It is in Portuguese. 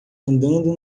andando